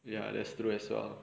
ya that's true as well